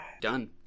Done